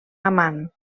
amant